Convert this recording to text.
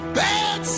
bad